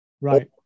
right